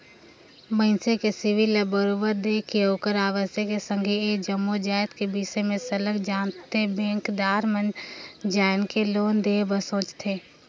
मइनसे के सिविल ल बरोबर देख के ओखर आवक के संघ ए जम्मो जाएत के बिसे में सरलग जानथें बेंकदार मन तब जाएके लोन देहे बर सोंचथे